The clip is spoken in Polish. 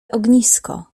ognisko